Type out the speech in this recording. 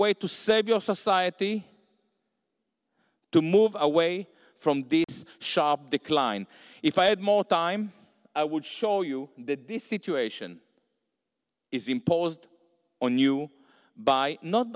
way to save your society to move away from this sharp decline if i had more time i would show you that this situation is imposed on you by not